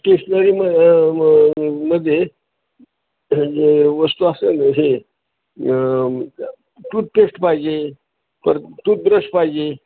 stationery मग मग मध्ये जे वस्तू अस हे टूथपेस्ट पाहिजे परत टूथब्रश पाहिजे